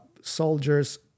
soldiers